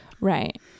Right